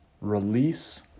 release